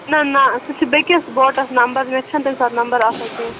نہ نہ سُہ چھُ بیٚکِس بوٹَس نَمبَر مےٚ چھَنہٕ تَمہِ ساتہٕ نَمبَر آسان کیٚنٛہہ